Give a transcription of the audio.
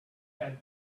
had